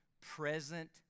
present